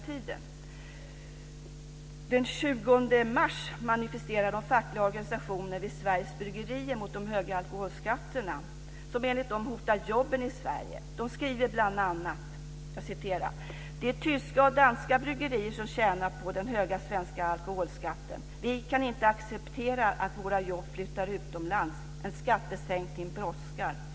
Den 20 mars manifesterade de fackliga organisationerna vid Sveriges bryggerier mot de höga alkoholskatterna som enligt dem hotar jobben i Sverige. De skriver bl.a.: "Det är tyska och danska bryggerier som tjänar på den höga svenska alkoholskatten. Vi kan inte acceptera att våra jobb flyttar utomlands. En skattesänkning brådskar."